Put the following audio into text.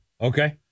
Okay